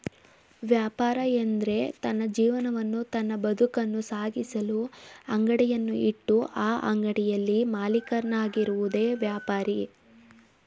ವ್ಯಾಪಾರ ಎಂದ್ರೆ ತನ್ನ ಜೀವನವನ್ನು ತನ್ನ ಬದುಕನ್ನು ಸಾಗಿಸಲು ಅಂಗಡಿಯನ್ನು ಇಟ್ಟು ಆ ಅಂಗಡಿಯಲ್ಲಿ ಮಾಲೀಕನಾಗಿರುವುದೆ ವ್ಯಾಪಾರಿ